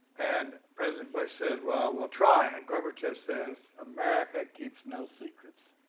and president bush says, well, i'll try. and gorbachev says, america keeps no secrets.